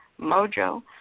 mojo